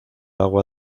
agua